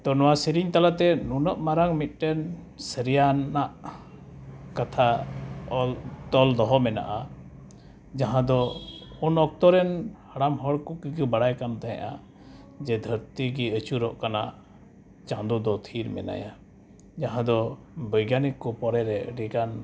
ᱛᱚ ᱱᱚᱣᱟ ᱥᱮᱨᱮᱧ ᱛᱟᱞᱟᱛᱮ ᱱᱩᱱᱟᱹᱜ ᱢᱟᱨᱟᱝ ᱢᱤᱫᱴᱮᱱ ᱥᱟᱹᱨᱤᱭᱟᱱᱟᱜ ᱠᱟᱛᱷᱟ ᱚᱞᱼᱛᱚᱞ ᱫᱚᱦᱚ ᱢᱮᱱᱟᱜᱼᱟ ᱡᱟᱦᱟᱸᱫᱚ ᱩᱱ ᱚᱠᱛᱚᱨᱮᱱ ᱦᱟᱲᱟᱢ ᱦᱚᱲᱠᱚ ᱠᱚᱜᱮ ᱵᱟᱲᱟᱭᱠᱟᱱ ᱛᱮᱦᱮᱱᱚᱜᱼᱟ ᱡᱮ ᱫᱷᱟᱹᱨᱛᱤᱜᱮ ᱟᱹᱪᱩᱨᱚᱜ ᱠᱟᱱᱟ ᱪᱟᱸᱫᱚ ᱫᱚ ᱛᱷᱤᱨ ᱢᱮᱱᱟᱭᱟ ᱡᱟᱦᱟᱸᱫᱚ ᱵᱳᱭᱜᱟᱱᱤᱠ ᱠᱚ ᱯᱚᱨᱮᱨᱮ ᱟᱹᱰᱤᱜᱟᱱ